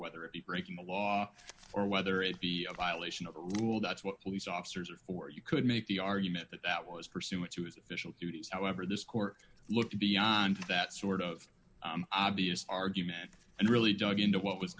whether it be breaking the law or whether it be a violation of a rule that's what police officers are for you could make the argument that that was pursuant to his official duties however this court looked beyond that sort of obvious argument and really dug into what was